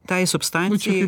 tai substancijai